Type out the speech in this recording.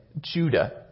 Judah